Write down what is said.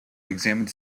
examines